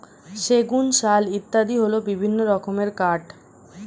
সেগুন, শাল ইত্যাদি হল বিভিন্ন রকমের কাঠ